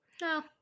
no